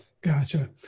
Gotcha